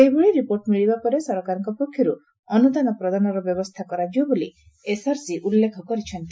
ସେହିଭଳି ରିପୋର୍ଟ ମିଳିବା ପରେ ସରକାରଙ୍କ ପକ୍ଷରୁ ଅନୁଦାନ ପ୍ରଦାନର ବ୍ୟବସ୍ଷା କରାଯିବ ବୋଲି ଏସ୍ଆର୍ସି ଉଲ୍କେଖ କରିଛନ୍ତି